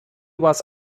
was